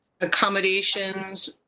accommodations